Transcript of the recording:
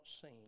seen